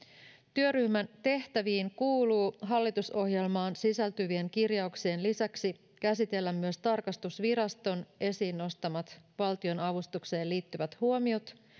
työryhmän tehtäviin kuuluu hallitusohjelmaan sisältyvien kirjauksien lisäksi käsitellä myös tarkastusviraston esiin nostamat valtionavustukseen liittyvät huomiot